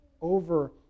over